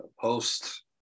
post